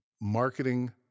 marketing